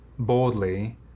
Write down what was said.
Boldly